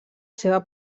seva